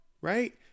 right